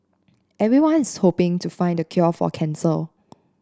everyone's hoping to find the cure for cancer